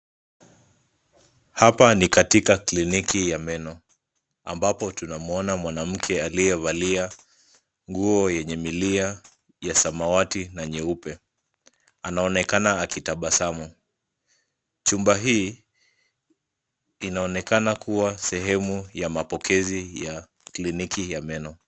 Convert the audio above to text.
Hapa ni katika kliniki ya meno ambapo tunamwona mwanamke aliyevalia nguo yenye milia ya samawati na nyeupe. Anaonekana akitabasamu . Chumba hii inaonekana kuwa sehemu ya mapokezi ya kliniki ya meno.